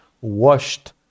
washed